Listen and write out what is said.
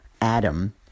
Adam